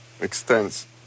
extends